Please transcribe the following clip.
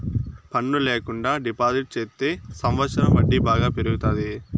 పన్ను ల్యాకుండా డిపాజిట్ చెత్తే సంవచ్చరం వడ్డీ బాగా పెరుగుతాది